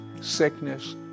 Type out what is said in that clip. sickness